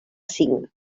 cinc